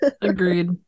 agreed